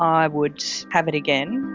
i would have it again.